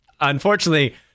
unfortunately